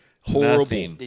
horrible